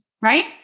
Right